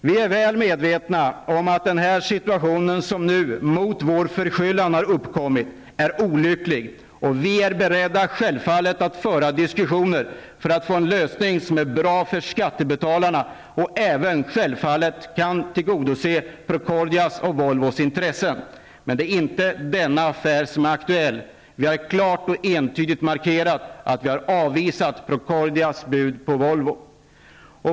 Vi är väl medvetna om att den situation som nu -- utan vår förskyllan -- har uppkommit är olycklig. Vi är självfallet beredda att föra diskussioner för att få en lösning som är bra för skattebetalarna och självfallet även kan tillgodose Procordias och Volvos intressen. Men det är inte denna affär som är aktuell. Vi har klart och entydigt markerat att vi har avvisat Procordias bud på Volvo.